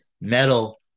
metal